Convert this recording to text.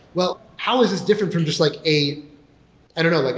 well, how is this different form just like a i don't know, like